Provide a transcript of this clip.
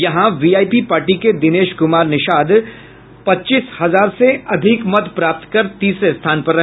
यहां VIP party के दिनेश कुमार निषाद पच्चीस हजार से अधिक मत प्राप्त कर तीसरे स्थान पर रहे